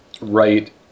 right